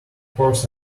course